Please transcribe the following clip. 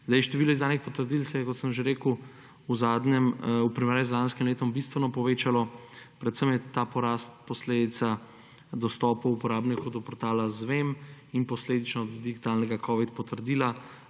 500. Število izdanih potrdil se je, kot sem že rekel, v primerjavi z lanskim letom bistveno povečalo. Predvsem je ta porast posledica dostopa uporabnikov do portala zVEM in posledično digitalnega covid potrdila.